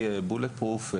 ומקבלת.